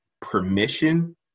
permission